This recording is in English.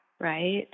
right